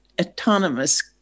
autonomous